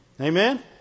Amen